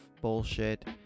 bullshit